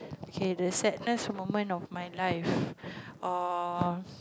okay the sadness moment of my life uh